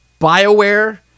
Bioware